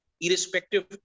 irrespective